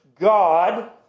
God